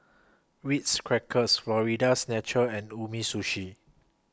Ritz Crackers Florida's Natural and Umisushi